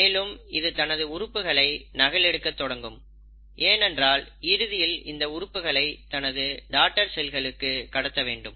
மேலும் இது தனது உறுப்புகளை நகல் எடுக்க தொடங்கும் ஏனென்றால் இறுதியில் இந்த உறுப்புகளை தனது டாடர் செல்களுக்கு கடத்த வேண்டும்